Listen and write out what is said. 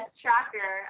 tracker